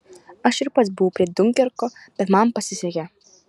aš ir pats buvau prie diunkerko bet man pasisekė